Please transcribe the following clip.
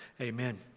amen